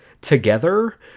together